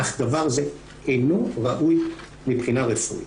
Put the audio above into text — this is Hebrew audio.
אך דבר זה אינו ראוי מבחינה רפואית.